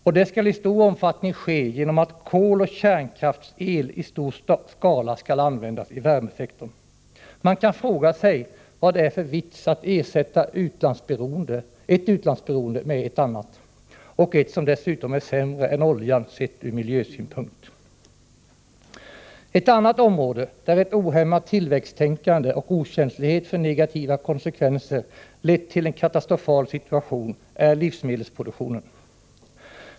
Och detta skall i stor omfattning ske genom att kol och kärnkraftsel i stor skala används i värmesektorn. Man kan fråga sig vad det är för mening att ersätta ett utlandsberoende med ett annat, som dessutom är sämre än oljan sett ur miljösynpunkt. Ett annat område där ett ohämmat tillväxttänkande och en okänslighet för negativa konsekvenser lett till en katastrofal situation är livsmedelsproduktionen.